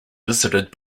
visited